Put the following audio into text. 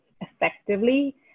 effectively